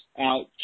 out